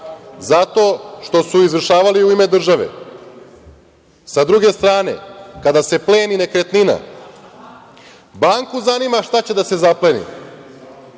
zato što su izvršavali u ime države. Sa druge strane, kada se pleni nekretnina, banku zanima šta će da se zapleni,